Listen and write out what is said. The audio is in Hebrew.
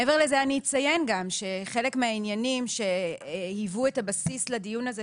מעבר לזה אני אציין גם שחלק מהעניינים שהיוו את הבסיס לדיון הזה,